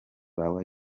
bawe